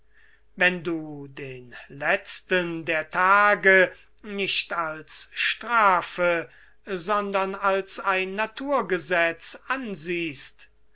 wenn du den letzten der tage nicht als strafe sondern als ein naturgesetz ansiehst